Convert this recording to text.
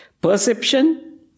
Perception